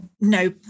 No